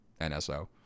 NSO